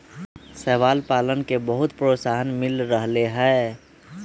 शैवाल पालन के बहुत प्रोत्साहन मिल रहले है